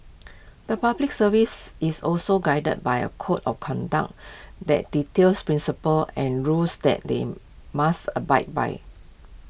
the Public Service is also guided by A code of conduct that details principles and rules that they must abide by